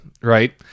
right